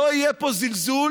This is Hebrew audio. לא יהיה פה זלזול